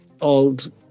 old